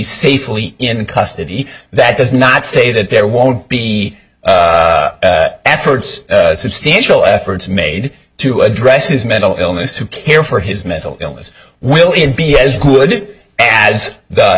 safely in custody that does not say that there won't be efforts substantial efforts made to address his mental illness to care for his mental illness will it be as good as the